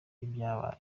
ibyabaye